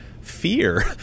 fear